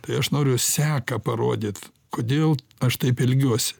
tai aš noriu seką parodyt kodėl aš taip elgiuos